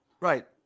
right